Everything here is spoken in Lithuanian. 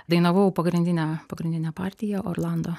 dainavau pagrindinę pagrindinę partiją orlando